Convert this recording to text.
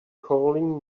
calling